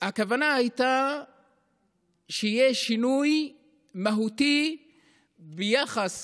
והכוונה הייתה שיהיה שינוי מהותי ביחס